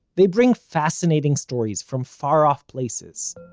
they bring fascinating stories from far off places,